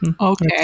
Okay